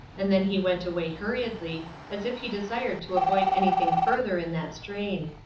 and then he went away hurriedly, as if he desired to avoid anything further in that strain.